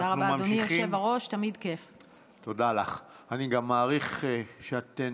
תודה רבה, אדוני